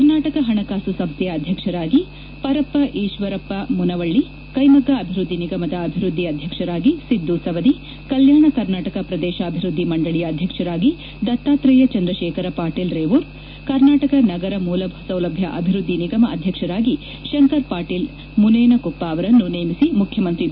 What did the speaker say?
ಕರ್ನಾಟಕ ಪಣಕಾಸು ಸಂಸ್ಥೆಯ ಅಧ್ಯಕ್ಷರಾಗಿ ಪರಪ್ಪ ಈಶ್ವರಪ್ಪ ಮುನವಳ್ಳಿ ಕೈಮಗ್ಗ ಅಭಿವೃದ್ಧಿ ನಿಗಮದ ಅಭಿವೃದ್ಧಿ ಅಧ್ಯಕ್ಷರಾಗಿ ಸಿದ್ದು ಸವದಿ ಕಲ್ನಾಣ ಕರ್ನಾಟಕ ಪ್ರದೇಶಾಭಿವೃದ್ದಿ ಮಂಡಳಿಯ ಅಧ್ಯಕ್ಷರಾಗಿ ದತ್ತಾತ್ರೇಯ ಚಂದ್ರಶೇಖರ ಪಾಟೀಲ್ ರೇವೂರ್ ಕರ್ನಾಟಕ ನಗರ ಮೂಲಸೌಲಭ್ಯ ಅಭಿವೃದ್ದಿ ನಿಗಮ ಅಧ್ಯಕ್ಷರಾಗಿ ತಂಕರ್ ಪಾಟೀಲ್ ಮುನೇನಕುಪ್ಪ ಅವರನ್ನು ನೇಮಿಸಿ ಮುಖ್ಯಮಂತ್ರಿ ಬಿ